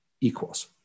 equals